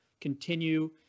continue